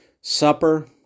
supper